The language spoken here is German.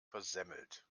versemmelt